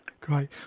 Great